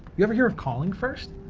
you ever heard of calling first?